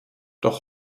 doch